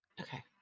Okay